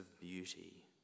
beauty